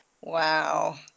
Wow